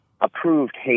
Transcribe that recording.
approved